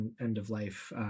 end-of-life